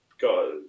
got